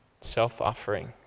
self-offering